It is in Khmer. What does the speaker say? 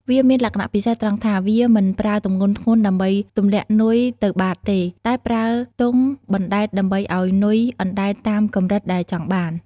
វាមានលក្ខណៈពិសេសត្រង់ថា វាមិនប្រើទម្ងន់ធ្ងន់ដើម្បីទម្លាក់នុយទៅបាតទេ តែប្រើទង់បណ្ដែតដើម្បីឲ្យនុយអណ្ដែតតាមកម្រិតដែលចង់បាន។